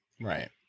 Right